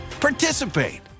participate